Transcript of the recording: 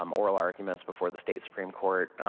um oral arguments before the state supreme court.